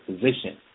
position